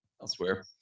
elsewhere